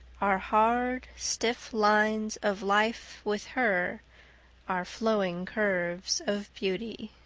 our hard, stiff lines of life with her are flowing curves of beauty.